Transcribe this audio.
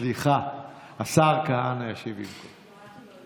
סליחה, השר כהנא ישיב במקום.